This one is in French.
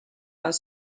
vingt